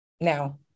now